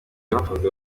bafunzwe